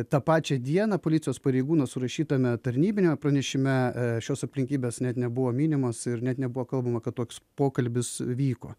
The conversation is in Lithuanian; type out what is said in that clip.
tą pačią dieną policijos pareigūno surašytame tarnybiniame pranešime šios aplinkybės net nebuvo minimos ir net nebuvo kalbama kad toks pokalbis vyko